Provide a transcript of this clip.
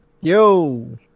Yo